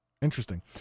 Interesting